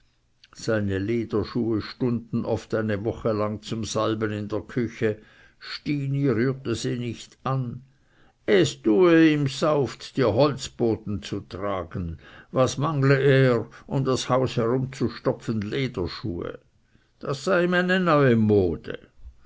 seine lederschuhe stunden oft eine woche lang zum salben in der küche stini rührte sie nicht an es tue ihm sauft die holzböden zu tragen was mangle er um das haus herumzustopfen lederschuhe das sei ihm eine neue mode